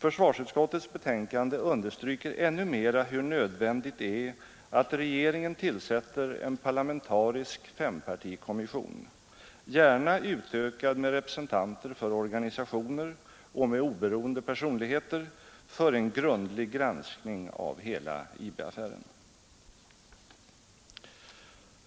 Försvarsutskottets betänkande understryker ännu mera hur nödvändigt det är att regeringen tillsätter en parlamentarisk fempartikommission, gärna utökad med representanter för organisationer och med oberoende personligheter, för en grundlig granskning av hela IB-affären.